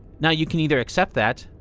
now you can either accept that,